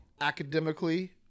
academically